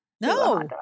No